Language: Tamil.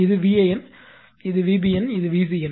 இது VAN இது VBN இது VCN